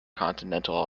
continental